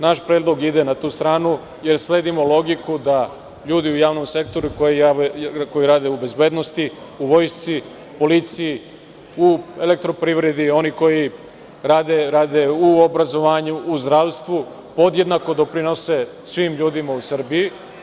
Naš predlog ide na tu stranu, jer sledimo logiku da ljudi u javnom sektoru, koji rade u bezbednosti, vojsci, policiji, u elektroprivredi, oni koji rade u obrazovanju u zdravstvu podjednako doprinose svim ljudima u Srbiji.